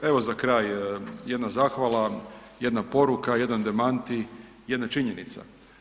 Evo za kraj, jedna zahvala, jedna poruka, jedan demantij, jedne činjenice.